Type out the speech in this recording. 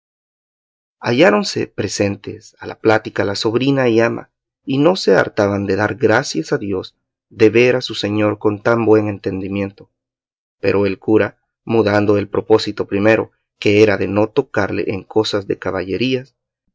halláronse presentes a la plática la sobrina y ama y no se hartaban de dar gracias a dios de ver a su señor con tan buen entendimiento pero el cura mudando el propósito primero que era de no tocarle en cosa de caballerías